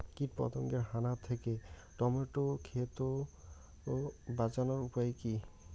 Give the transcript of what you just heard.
কীটপতঙ্গের হানা থেকে টমেটো ক্ষেত বাঁচানোর উপায় কি?